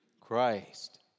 Christ